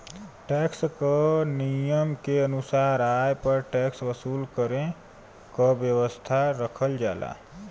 tax क नियम के अनुसार आय पर टैक्स वसूल करे क व्यवस्था रखल जाला